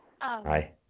Hi